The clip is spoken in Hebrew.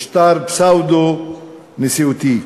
משטר פסאודו-נשיאותי.